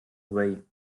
way